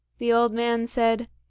the old man said,